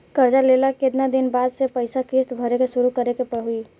कर्जा लेला के केतना दिन बाद से पैसा किश्त भरे के शुरू करे के होई?